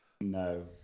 no